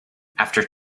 after